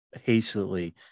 hastily